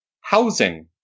housing